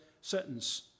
sentence